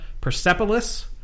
Persepolis